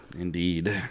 Indeed